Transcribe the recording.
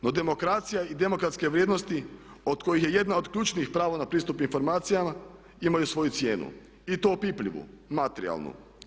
No, demokracija i demokratske vrijednosti od kojih je jedna od ključnih pravo na pristup informacijama imaju svoju cijenu i to opipljivu, materijalnu.